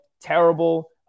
terrible